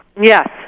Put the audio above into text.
Yes